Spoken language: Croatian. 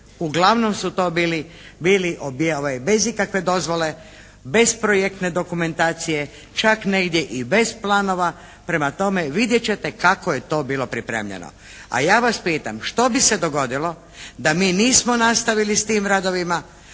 uglavnom su to bili bez ikakve dozvole, bez projektne dokumentacije, čak negdje i bez planova. Prema tome, vidjet ćete kako je to bilo pripremljeno. A ja vas pitam, što bi se dogodilo da mi nismo nastavili s tim radovima,